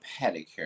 pedicure